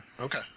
Okay